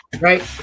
right